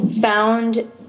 found